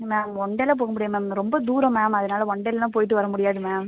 ma'am one டேய்வில போக முடியாது மேம் ரொம்ப தூரம் மேம் அதனால ஒன் டேய்வில போயிவிட்டு வரமுடியாது மேம்